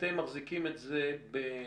אתם מחזיקים את זה בנצור,